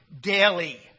daily